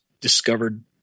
discovered